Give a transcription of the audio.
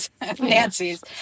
Nancy's